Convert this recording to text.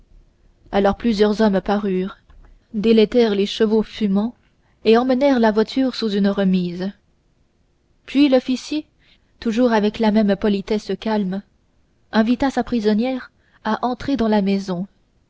alors plusieurs hommes parurent dételèrent les chevaux fumants et emmenèrent la voiture sous une remise puis l'officier toujours avec la même politesse calme invita sa prisonnière à entrer dans la maison